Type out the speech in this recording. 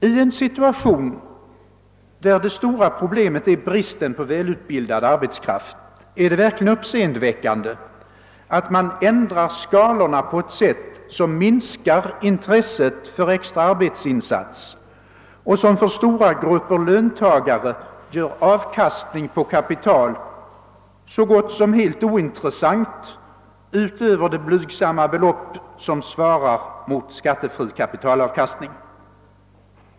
I en situation där det stora problemet är bristen på välutbildad arbetskraft är det verkligen uppseendeväckande att man ändrar skalorna på ett sätt som minskar intresset för extra arbetsinsatser och som för stora grupper av löntagare gör avkastning på kapital så gott som helt ointressant utöver det blygsamma belopp som svarar mot skattefri kapitalavkastning.